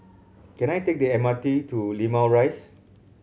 can I take the M R T to Limau Rise